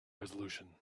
resolution